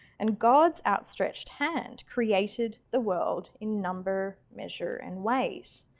and god's outstretched hand created the world in number, measure and ways.